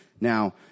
Now